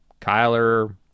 Kyler